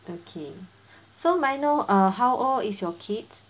okay so may I know uh how old is your kids